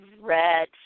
red